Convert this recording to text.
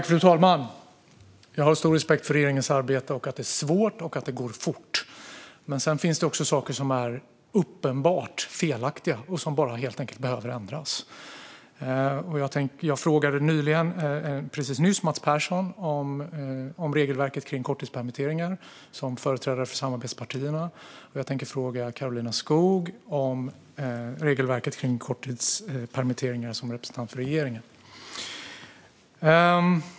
Fru talman! Jag har stor respekt för regeringens arbete och för att det är svårt och går fort. Men det finns saker som är uppenbart felaktiga och helt enkelt behöver ändras. Jag frågade alldeles nyss Mats Persson, som företrädare för samarbetspartierna, om regelverket kring korttidspermitteringar, och jag tänker fråga Karolina Skog, som representant för regeringen, om samma sak.